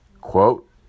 quote